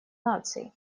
наций